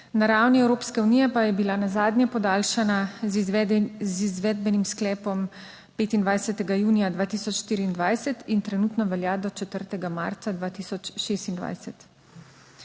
na ravni Evropske unije pa je bila nazadnje podaljšana z izvedbenim sklepom 25. junija 2024 in trenutno velja do 4. marca 2026.